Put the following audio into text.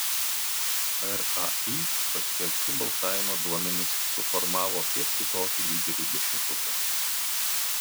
rai paskelbti balsavimo duomenys suformavo kiek kitokį lyderių dešimtuką